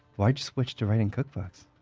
why'd you switch to writing cookbooks?